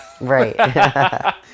right